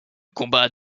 combat